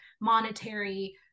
monetary